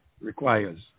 requires